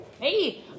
Hey